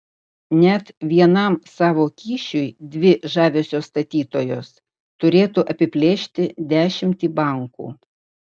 net vienam savo kyšiui dvi žaviosios statytojos turėtų apiplėšti dešimtį bankų